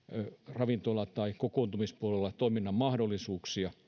ravintola tai kokoontumispuolella toiminnan mahdollisuuksia